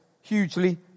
hugely